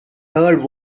heard